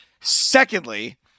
Secondly